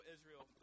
Israel